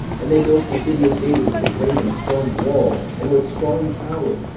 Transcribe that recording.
and they built the city of david with a great and strong wall, and with strong towers,